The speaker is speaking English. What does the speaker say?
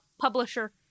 publisher